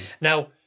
Now